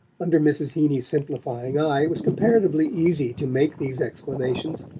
under mrs. heeny's simplifying eye it was comparatively easy to make these explanations.